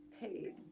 paid